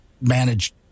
manage